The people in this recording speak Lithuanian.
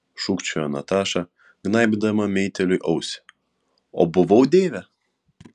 šūkčiojo nataša gnaibydama meitėliui ausį o buvau deivė